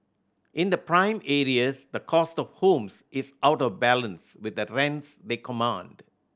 in the prime areas the cost of homes is out of balance with the rents they command